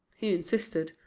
he insisted,